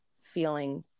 feeling